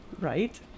Right